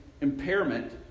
impairment